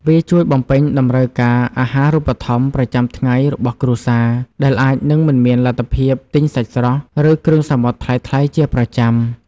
វាជួយបំពេញតម្រូវការអាហារូបត្ថម្ភប្រចាំថ្ងៃរបស់គ្រួសារ ដែលអាចនឹងមិនមានលទ្ធភាពទិញសាច់ស្រស់ ឬគ្រឿងសមុទ្រថ្លៃៗជាប្រចាំ។